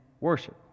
worship